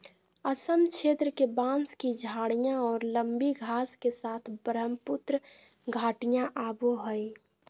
असम क्षेत्र के, बांस की झाडियाँ और लंबी घास के साथ ब्रहमपुत्र घाटियाँ आवो हइ